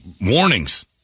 warnings